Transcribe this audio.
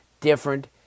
different